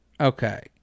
Okay